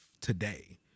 today